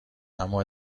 اما